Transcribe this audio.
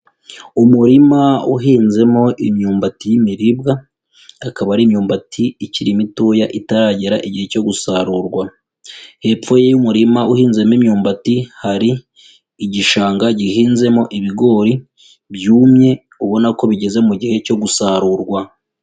Umurima uhinzemo imyumbati y'imiribwa akaba ari imyumbati ikiri mitoya itaragera igihe cyo gusarurwa, hepfo y'umurima uhinzemo imyumbati hari igishanga gihinzemo ibigori byumye ubona ko bigeze mu gihe cyo gusarurwa.